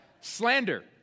slander